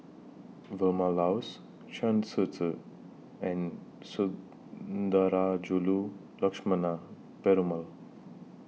Vilma Laus Chen Shiji and Sundarajulu Lakshmana Perumal